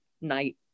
night